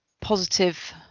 positive